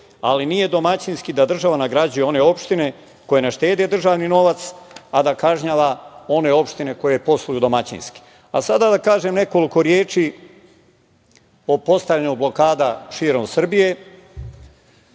ali nije domaćinski da država nagrađuje one opštine koje ne štede državni novac, a da kažnjava one opštine koje posluju domaćinski. Sada da kažem nekoliko reči o postavljanju blokada širom Srbije.